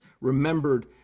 remembered